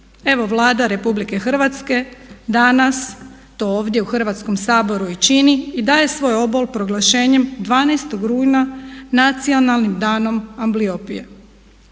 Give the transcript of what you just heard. Evo Vlada RH danas to ovdje u Hrvatskom saboru i čini i daje svoj obol proglašenjem 12.rujna „Nacionalnim danom ambliopije“.